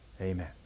Amen